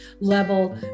level